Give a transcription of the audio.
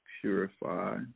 Purify